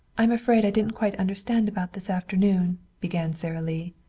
i'm afraid i didn't quite understand about this afternoon, began sara lee.